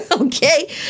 okay